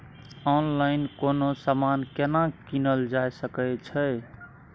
Online कोनो समान केना कीनल जा सकै छै?